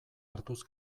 hartuz